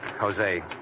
Jose